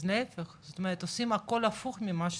זאת אומרת עושים הכול הפוך ממה שצריך.